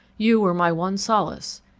you were my one solace.